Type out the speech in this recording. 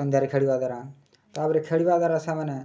ସନ୍ଧ୍ୟାରେ ଖେଳିବା ଦ୍ୱାରା ତା'ପରେ ଖେଳିବା ଦ୍ୱାରା ସେମାନେ